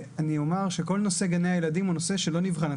כל נושא גני הילדים הוא נושא שלא נבחן.